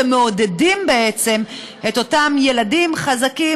ומעודדים בעצם את אותם ילדים חזקים,